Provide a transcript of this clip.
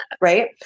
right